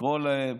לקרוא להם,